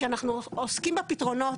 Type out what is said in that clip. כשאנחנו עוסקים בפתרונות,